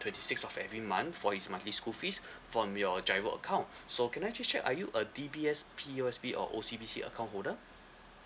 twenty sixth of every month for his monthly school fees from your GIRO account so can I just check are you a D_B_S P_O_S_B or O_C_B_C account holder